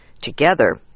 Together